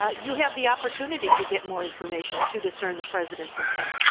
ah you have the opportunity to get more information to discern the president's intent.